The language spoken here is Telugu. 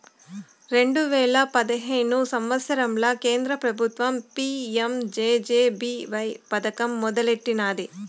రెండు వేల పదహైదు సంవత్సరంల కేంద్ర పెబుత్వం పీ.యం జె.జె.బీ.వై పదకం మొదలెట్టినాది